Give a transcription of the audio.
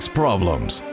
problems